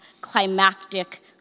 climactic